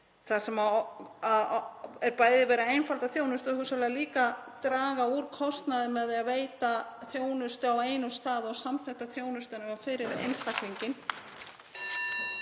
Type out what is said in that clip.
þar sem er bæði verið að einfalda þjónustu og hugsanlega líka draga úr kostnaðinum við að veita þjónustu á einum stað og samþætta þjónustuna fyrir einstaklinginn.